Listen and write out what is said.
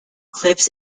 clips